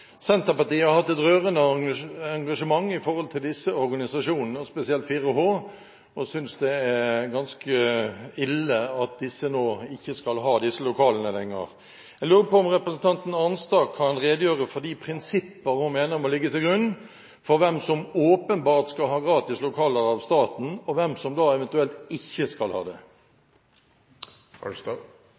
Senterpartiet har hatt et rørende engasjement for disse organisasjonene, spesielt 4H, og synes det er ganske ille at disse nå ikke skal ha disse lokalene lenger. Jeg lurer på om representanten Arnstad kan redegjøre for de prinsipper hun mener må ligge til grunn for hvem som åpenbart skal ha gratis lokaler av staten, og hvem som da eventuelt ikke skal ha det.